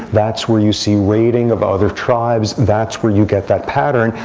that's where you see raiding of other tribes. that's where you get that pattern,